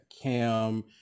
Cam